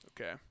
Okay